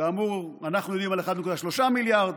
כאמור, אנחנו יודעים על 1.3 מיליארד,